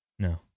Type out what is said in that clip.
No